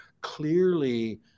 clearly